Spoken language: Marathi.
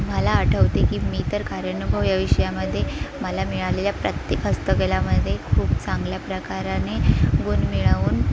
मला आठवते की मी तर कार्यानुभव या विषयामध्ये मला मिळालेल्या प्रत्येक हस्तकलामध्ये खूप चांगल्या प्रकाराने गुण मिळवून